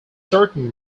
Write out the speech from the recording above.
certain